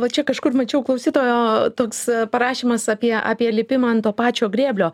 va čia kažkur mačiau klausytojo toks parašymas apie apie lipimą ant to pačio grėblio